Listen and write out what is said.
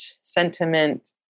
sentiment